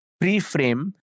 pre-frame